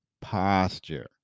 posture